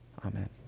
Amen